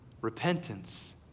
repentance